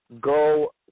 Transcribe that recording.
go